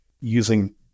Using